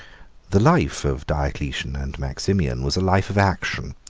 the life of diocletian and maximian was a life of action,